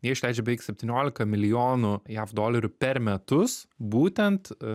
jie išleidžia beveik septyniolika milijonų jav dolerių per metus būtent